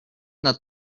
that